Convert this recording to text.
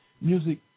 music